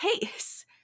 case